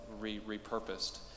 repurposed